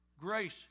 grace